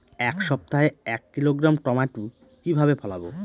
এক সপ্তাহে এক কিলোগ্রাম টমেটো কিভাবে ফলাবো?